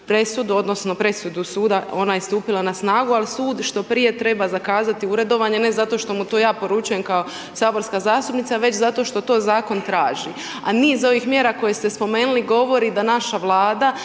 presudu odnosno presudu suda, ona je stupila na snagu ali sud što prije treba zakazati uredovanje ne zato što mu to ja poručujem kao saborska zastupnica već zato što to zakon traži a niz ovih mjera koje ste spomenuli govori da naša Vlada,